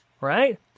right